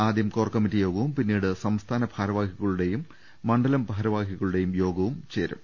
ആദ്യം core committee യോഗവും പിന്നീട് സംസ്ഥാന ഭാരവാഹികളുടെയും മണ്ഡലം ഭാരവാ ഹികളുടെയും യോഗം നടക്കും